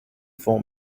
for